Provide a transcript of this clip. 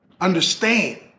understand